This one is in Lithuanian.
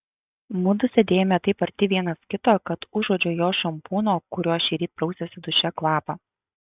mudu sėdėjome taip arti vienas kito kad užuodžiau jos šampūno kuriuo šįryt prausėsi duše kvapą